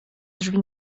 drzwi